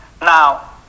Now